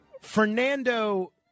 Fernando